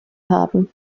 haben